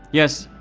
yes,